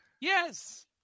Yes